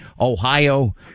Ohio